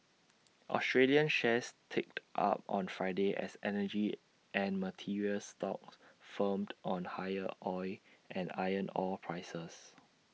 Australian shares ticked up on Friday as energy and materials stocks firmed on higher oil and iron ore prices